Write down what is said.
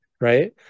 right